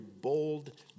bold